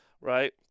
right